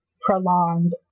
prolonged